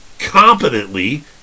competently